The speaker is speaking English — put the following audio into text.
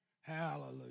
Hallelujah